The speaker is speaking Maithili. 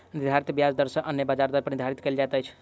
निर्धारित ब्याज दर सॅ अन्य ब्याज दर निर्धारित कयल जाइत अछि